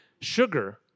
sugar